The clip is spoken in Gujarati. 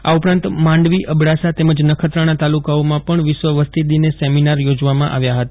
આ ઉપરાંત માંડવી અબડાસા તેમજ નખત્રાણા તાલુકામાં વિશ્વ વસતિ દિને સેમિનાર યોજવામાં આવ્યો હતો